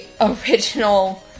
original